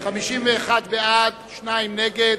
51 בעד, שניים נגד,